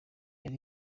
yari